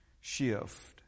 shift